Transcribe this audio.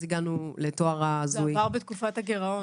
זה עבר בתקופת הגירעון.